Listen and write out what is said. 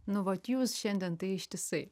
nu vat jūs šiandien tai ištisai